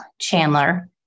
Chandler